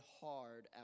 hard